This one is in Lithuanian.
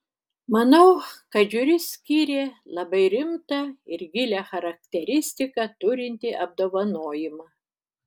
manau kad žiuri skyrė labai rimtą ir gilią charakteristiką turintį apdovanojimą